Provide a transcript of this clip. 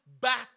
back